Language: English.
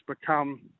become